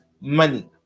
money